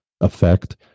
effect